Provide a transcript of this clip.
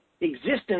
existence